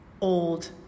old